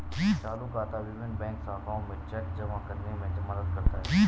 चालू खाता विभिन्न बैंक शाखाओं में चेक जमा करने में मदद करता है